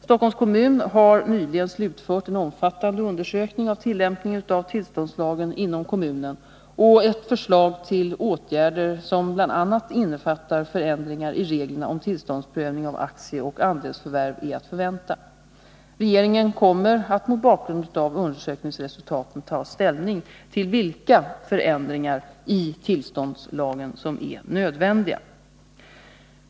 Stockholms kommun har nyligen slutfört en omfattande undersökning av tillämpningen av tillståndslagen inom kommunen, och ett förslag till åtgärder, som bl.a. innefattar förändringar i reglerna om tillståndsprövning av aktieoch andelsförvärv, är att förvänta. Regeringen kommer att mot bakgrund av undersökningsresultaten ta ställning till vilka förändringar i tillståndslagen som är nödvändiga.